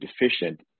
deficient